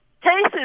cases